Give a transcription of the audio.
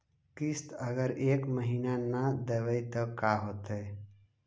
किस्त अगर एक महीना न देबै त का होतै?